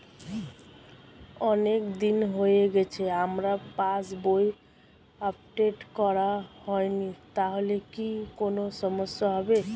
অনেকদিন হয়ে গেছে আমার পাস বই আপডেট করা হয়নি তাহলে কি কোন সমস্যা হবে?